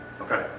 Okay